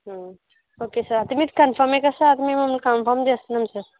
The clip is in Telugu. ఓకే సార్ అయితే మీరు కన్ఫామే కద సార్ అయితే మిమ్మల్ని కన్ఫామ్ చేస్తనాం సర్